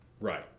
Right